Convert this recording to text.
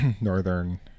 northern